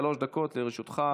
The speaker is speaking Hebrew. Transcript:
שלוש דקות לרשותך.